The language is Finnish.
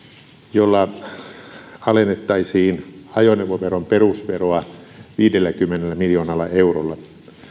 jolla alennettaisiin ajoneuvoveron perusveroa viidelläkymmenellä miljoonalla eurolla